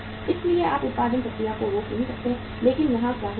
इसलिए आप उत्पादन प्रक्रिया को रोक नहीं सकते हैं लेकिन यहां क्या हो रहा है